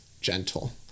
gentle